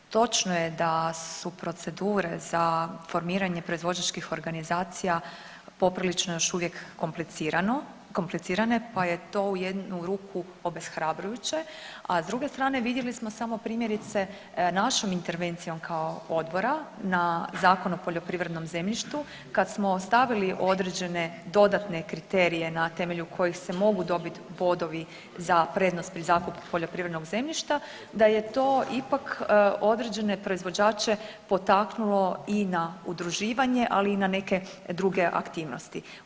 Točno je da su procedure za formiranje proizvođačkih organizacija poprilično još uvijek komplicirane pa je to u jednu ruku obeshrabrujuće, a s druge strane vidjeli smo samo primjerice našom intervencijom kao odbora na Zakon o poljoprivrednom zemljištu kad smo stavili određene dodatne kriterije na temelju kojih se mogu dobiti bodovi za prednost pri zakupu poljoprivrednog zemljišta da je to ipak određene proizvođače potaknulo i na udruživanje, ali i na neke druge aktivnosti.